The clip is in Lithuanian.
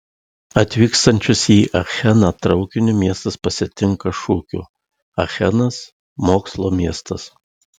atvykstančius į acheną traukiniu miestas pasitinka šūkiu achenas mokslo miestas